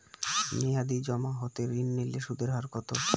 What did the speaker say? মেয়াদী জমা হতে ঋণ নিলে সুদের হার কত?